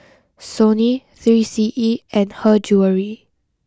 Sony three C E and Her Jewellery